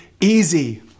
easy